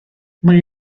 mae